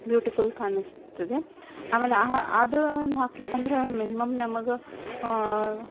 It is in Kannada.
ಬ್ಯೂಟಿಫುಲ್ ಕಾಣಿಸ್ತದೆ ಆಮೇಲೆ ಆಹಾ ಅದನ್ನು ಹಾಕ್ಬೇಕಂದ್ರೆ ಮಿನಿಮಮ್ ನಮಗೆ